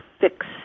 fix